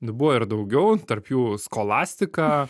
buvo ir daugiau tarp jų skolastika